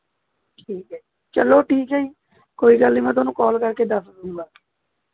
ਠੀਕ ਹੈ ਚਲੋ ਠੀਕ ਹੈ ਜੀ ਕੋਈ ਗੱਲ ਨਹੀਂ ਮੈਂ ਤੁਹਾਨੂੰ ਕੋਲ ਕਰਕੇ ਦੱਸ ਦੇਵਾਂਗਾ